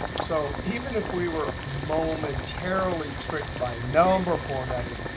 so even if we were momentarily tricked by number formatting,